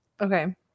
okay